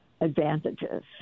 advantages